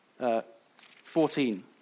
14